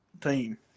team